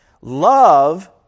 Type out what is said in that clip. Love